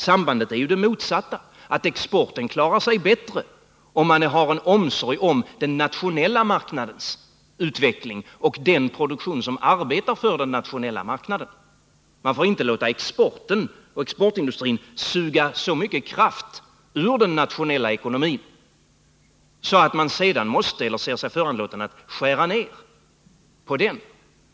Sambandet är ju det motsatta, dvs. att exporten klarar sig bättre om man har omsorg om den nationella marknadens utveckling och den produktion som arbetar för den nationella marknaden. Man får inte låta exporten och exportindustrin suga så mycket kraft ur den nationella ekonomin att man sedan ser sig föranlåten att skära ner på den.